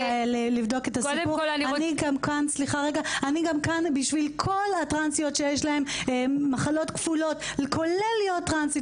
אני כאן גם בשביל כל הטרנסיות שיש להן מחלות כפולות כולל היותן טרנסיות,